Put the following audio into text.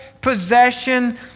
possession